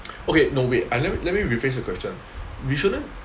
okay no wait let me let me rephrase the question we shouldn't